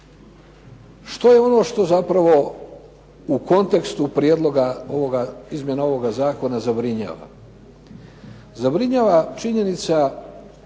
Što je ono što zapravo u kontekstu prijedloga izmjene ovoga zakona zabrinjava?